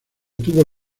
tuvo